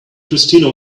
christina